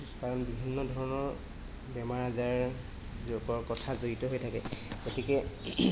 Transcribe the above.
কাৰণ বিভিন্ন ধৰণৰ বেমাৰ আজাৰ যোগৰ কথা জড়িত হৈ থাকে গতিকে